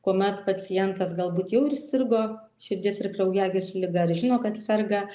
kuomet pacientas galbūt jau ir sirgo širdies ir kraujagyslių liga ar žino kad serga